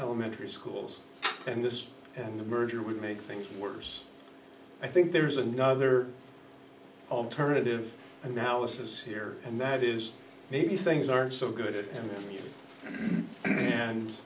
elementary schools and this and the merger would make things worse i think there's another alternative analysis here and that is these things are so good and th